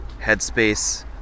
headspace